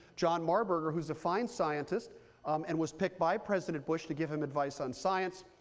john marburger, who's a fine scientist and was picked by president bush to give him advice on science.